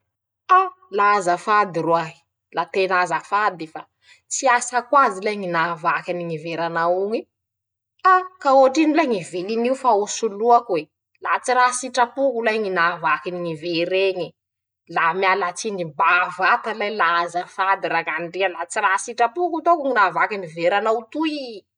<...> la azafady roahy, la tena azafady fa, tsy asako azy lahy ñy nahavaky any ñy veranaoñe. Ha, ka hoatrino lahy ñy vilin'io fa ho soloako e, la tsy raha sitrapoko lahy ñy nahavaky any ñy vereñe, la miala tsiny bavata lay, la azafady rañandria, la tsy raha sitrapoko taoko ñy nahavaky ñy veranao toy y.